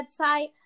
website